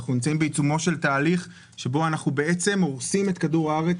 אנחנו נמצאים בעיצומו של תהליך שבו אנחנו בעצם הורסים את כדור הארץ,